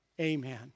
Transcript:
amen